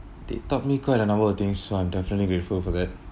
they taught me quite a number of things so I'm definitely grateful for that